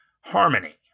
harmony